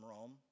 Rome